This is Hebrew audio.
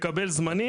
מקבל זמנית,